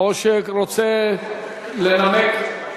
או שרוצה לנמק?